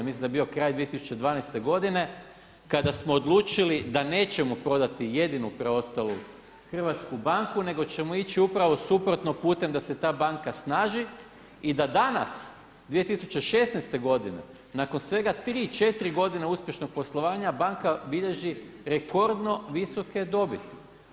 Mislim da je bio kraj 2012. godine kada smo odlučili da nećemo prodati jedinu preostalu hrvatsku banku, nego ćemo ići upravo suprotno putem da se ta banka snaži i da danas 2016. godine nakon svega tri, četiri godine uspješnog poslovanja banka bilježi rekordno visoke dobiti.